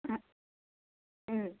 ம் ம்